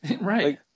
Right